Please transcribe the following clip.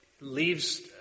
leaves